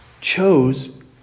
chose